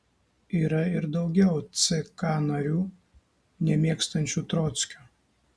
yra ir daugiau ck narių nemėgstančių trockio